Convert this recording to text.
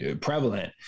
prevalent